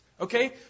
Okay